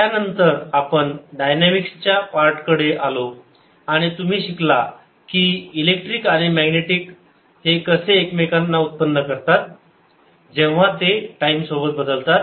त्यानंतर आपण डायनामिक्स चा पार्ट कडे आलो आणि तुम्ही शिकला कि इलेक्ट्रिक आणि मॅग्नेटिक कसे एकमेकांना उत्पन्न करतात जेव्हा ते टाईम सोबत बदलतात